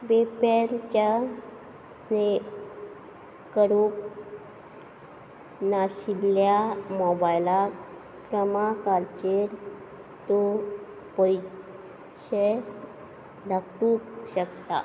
वेपॅरच्या स्ने करूंक नाशिल्ल्या मोबायला क्रमांकाचेर तूं पयशे धाडूंक शकता